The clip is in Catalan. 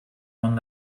món